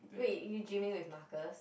wait you gymming with Marcus